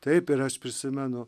taip ir aš prisimenu